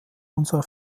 unsere